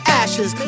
ashes